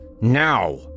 Now